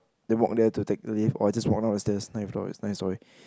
then walk there to take lift or I just walk down the stairs ninth floor is nine storey